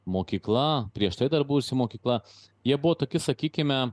mokykla prieš tai dar buvusi mokykla jie buvo tokie sakykime